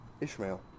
Ishmael